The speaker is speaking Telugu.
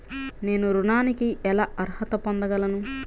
నేను ఋణానికి ఎలా అర్హత పొందగలను?